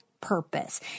purpose